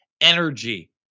energy